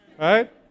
right